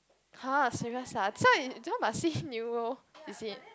!huh! serious lah this one this one must see neuro isit